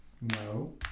No